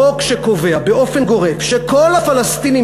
חוק שקובע באופן גורף שכל הפלסטינים,